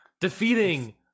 defeating